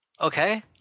okay